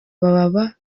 baba